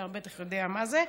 אתה בטח יודע מה זה.